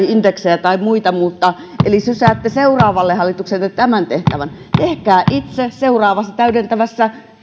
indeksejä tai muita muuttaa eli sysäätte seuraavalle hallitukselle tämän tehtävän tehkää itse seuraavassa täydentävässä